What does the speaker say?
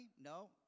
No